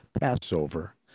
Passover